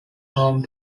home